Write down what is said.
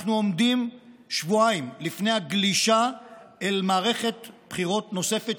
אנחנו עומדים שבועיים לפני הגלישה אל מערכת בחירות נוספת,